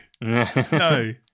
no